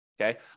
okay